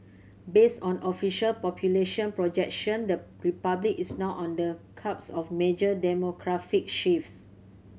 based on official population projection the Republic is now on the cusp of major demographic shifts